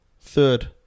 third